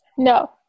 No